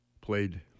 Played